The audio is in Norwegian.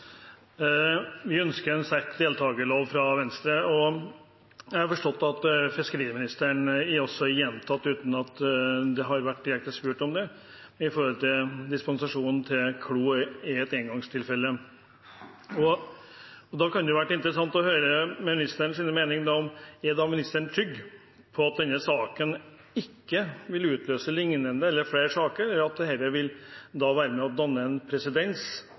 Vi ønsker en sterk deltakerlov fra Venstres side. Jeg har forstått at fiskeriministeren også har gjentatt – uten at det har vært direkte spurt om det – at dispensasjonen for Gunnar Klo AS er et engangstilfelle. Da kunne det vært interessant å høre ministerens mening: Er ministeren trygg på at denne saken ikke vil utløse liknende eller flere saker, og at dette ikke vil være med på å danne presedens for liknende enkeltsaker, slik at vi da kan få en